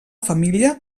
família